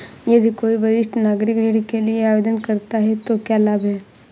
यदि कोई वरिष्ठ नागरिक ऋण के लिए आवेदन करता है तो क्या लाभ हैं?